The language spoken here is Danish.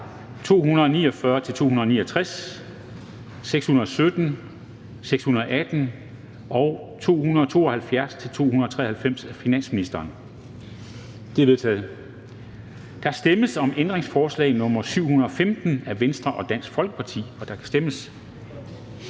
249-269, 617, 618 og 272-293 af finansministeren? De er vedtaget. Der stemmes om ændringsforslag nr. 715 af V og DF, og der kan stemmes.